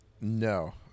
No